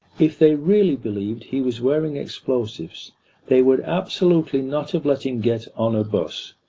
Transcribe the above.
if they really believed he was wearing explosives they would absolutely not have let him get on a bus,